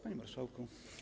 Panie Marszałku!